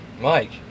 mike